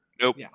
Nope